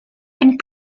and